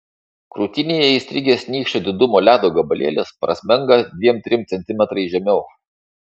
krūtinėje įstrigęs nykščio didumo ledo gabalėlis prasmenga dviem trim centimetrais žemiau